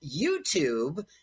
YouTube